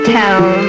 town